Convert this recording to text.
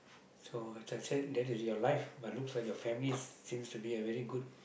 so as I said that is your life but looks like your family seems like a very good